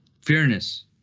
Fairness